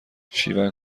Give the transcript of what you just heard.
شیون